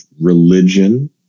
religion